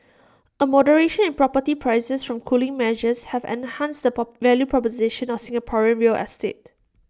A moderation in property prices from cooling measures have enhanced the po value proposition of Singapore real estate